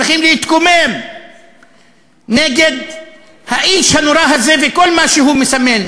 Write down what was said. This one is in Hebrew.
צריכים להתקומם נגד האיש הנורא הזה וכל מה שהוא מסמל,